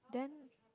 then